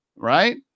right